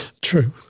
True